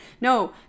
No